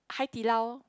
Hai-Di-Lao